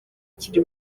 kiri